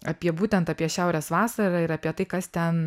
apie būtent apie šiaurės vasarą ir apie tai kas ten